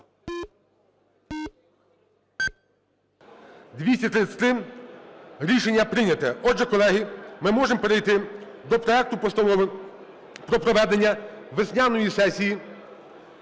За-233 Рішення прийнято. Отже, колеги, ми можемо перейти до проекту Постанови про проведення весняної сесії